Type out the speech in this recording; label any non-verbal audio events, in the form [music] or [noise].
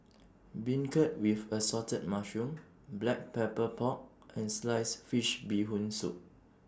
Beancurd with Assorted Mushroom [noise] Black Pepper Pork and Sliced Fish Bee Hoon Soup